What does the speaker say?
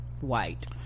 White